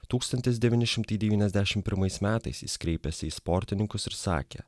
tūkstantis devyni šimtai devyniasdešimt pirmais metais jis kreipėsi į sportininkus ir sakė